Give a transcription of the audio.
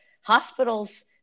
hospitals